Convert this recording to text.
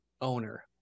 owner